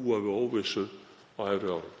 búa við óvissu á efri árum.